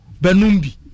Benumbi